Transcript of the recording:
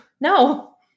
No